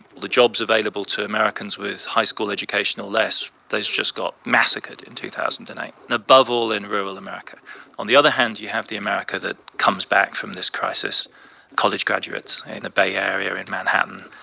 the jobs available to americans with high school education or less, those just got massacred in two thousand and eight, and above all in rural america on the other hand, you have the america that comes back from this crisis college graduates in the bay area or in manhattan.